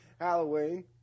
Halloween